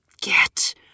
Get